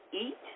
eat